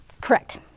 Correct